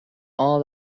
all